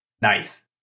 Nice